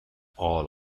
all